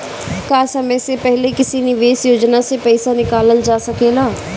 का समय से पहले किसी निवेश योजना से र्पइसा निकालल जा सकेला?